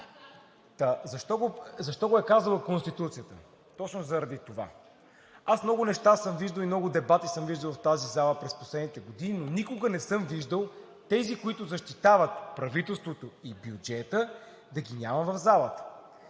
защо го е казала Конституцията? Точно заради това. Аз много неща съм виждал и много дебати съм виждал в тази зала през последните години, но никога не съм виждал тези, които защитават правителството и бюджета, да ги няма в залата.